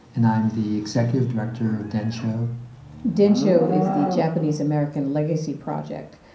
and i'm the executive director of densho densho is the japanese american legacy project.